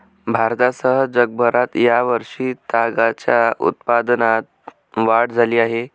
भारतासह जगभरात या वर्षी तागाच्या उत्पादनात वाढ झाली आहे